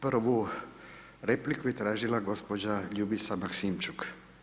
Prvu repliku je tražila gospođa Ljubica Maksimčuk.